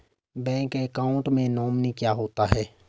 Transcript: Bank account में nominee क्या होता है?